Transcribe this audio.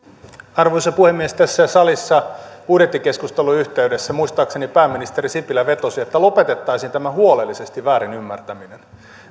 arvoisa puhemies tässä salissa budjettikeskustelun yhteydessä muistaakseni pääministeri sipilä vetosi että lopetettaisiin tämä huolellisesti väärin ymmärtäminen